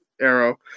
Arrow